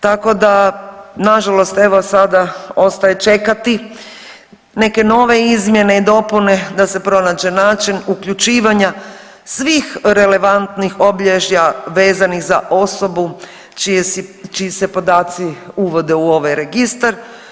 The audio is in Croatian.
Tako da na žalost evo sada ostaje čekati neke nove izmjene i dopune da se pronađe način uključivanja svih relevantnih obilježaja vezanih za osobu čiji se podaci uvode u ovaj registar.